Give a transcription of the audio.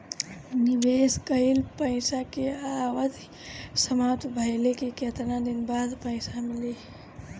निवेश कइल पइसा के अवधि समाप्त भइले के केतना दिन बाद पइसा मिली?